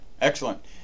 excellent